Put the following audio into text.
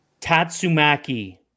Tatsumaki